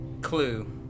Clue